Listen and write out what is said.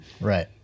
Right